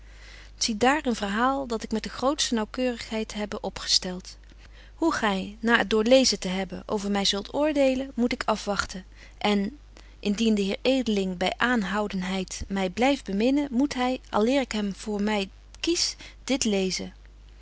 zie daar een verhaal dat ik met de grootste betje wolff en aagje deken historie van mejuffrouw sara burgerhart naauwkeurigheid hebbe opgestelt hoe gy na het doorlezen te hebben over my zult oordelen moet ik afwagten en indien de heer edeling by aanhoudenheid my blyft beminnen moet hy alëer ik hem voor my kies dit lezen